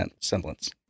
semblance